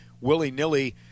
willy-nilly